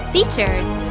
Features